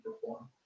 perform